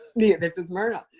this is myrna.